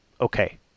okay